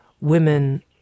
women